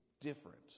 different